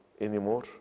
anymore